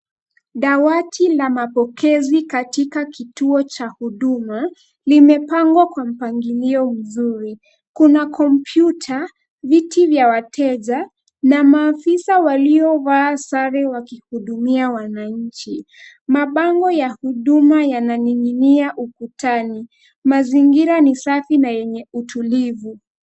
Dawati la mapokezi katika kituo cha huduma, limepangwa kwa mpangilio mzuri. Kuna komputa, viti vya wateja na maafisa waliovaa sare wakihudumia wananchi. Mabango ya huduma yananing'inia ukutani. Mazingira ni safi na yenye utulivu.